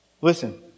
Listen